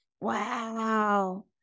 Wow